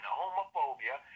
homophobia